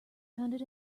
founded